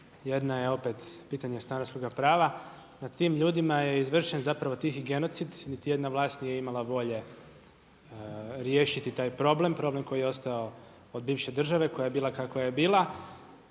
Jedna je opet pitanje stanarskoga prava. Nad tim ljudima je izvršen zapravo tihi genocid. Nitijedna vlast nije imala volje riješiti taj problem, problem koji je ostao od bivše države koja je bila kakva je bila.